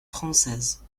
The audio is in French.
française